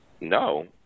no